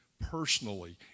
Personally